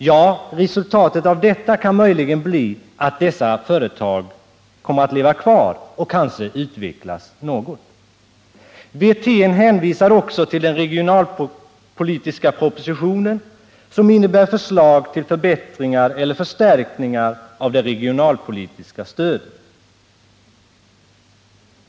Ja, resultatet av detta kan möjligen bli att dessa företag kommer att leva kvar och kanske utvecklas något. Rolf Wirtén hänvisar också till den regionalpolitiska propositionen, som innehåller förslag till förbättringar eller förstärkningar av det regionalpolitiska stödet.